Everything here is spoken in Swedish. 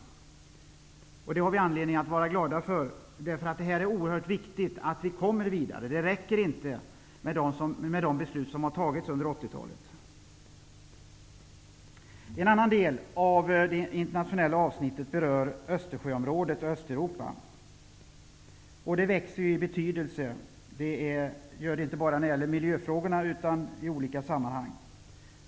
Det har vi anledning att vara glada för. Det är oerhört viktigt att gå vidare. Det räcker inte med de beslut som har fattats under 80-talet. En annan del i avsnittet om internationella frågor berör Östersjöområdet och Östeuropa. Det området växer i betydelse, inte bara när det gäller miljöfrågorna utan även i andra sammanhang.